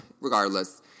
regardless